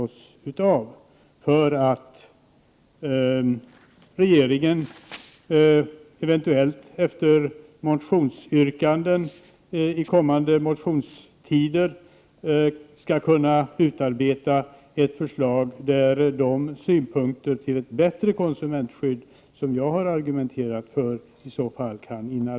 Avsikten är att regeringen, eventuellt efter motionsyrkanden i kommande motionstider, skall kunna utarbeta ett förslag där man kan inarbeta de synpunkter i fråga om ett bättre konsumentskydd som jag har argumenterat för.